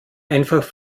einfach